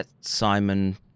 Simon